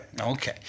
Okay